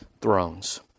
thrones